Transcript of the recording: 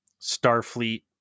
Starfleet